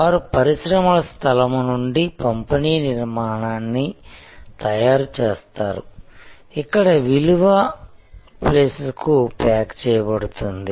వారు పరిశ్రమల స్థలము నుండి పంపిణీ నిర్మాణాన్ని తయారు చేస్తారు ఇక్కడ విలువ ప్ప్లేస్కు ప్యాక్ చేయబడుతుంది